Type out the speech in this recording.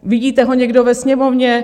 Vidíte ho někdo ve Sněmovně?